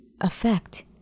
affect